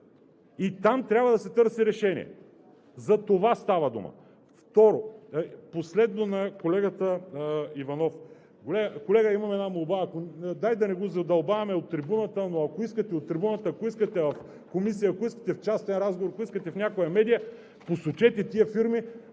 и там трябва да се търси решение. За това става дума.